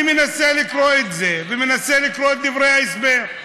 אני מנסה לקרוא את זה ומנסה לקרוא את דברי ההסבר,